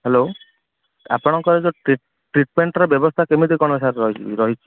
hello ଆପଣଙ୍କର ଯେଉଁ treat ଟ୍ରିଟମେଣ୍ଟର ବ୍ୟବସ୍ଥା କେମିତି କ'ଣ ସାର ରହିଛି